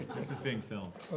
this is being filmed.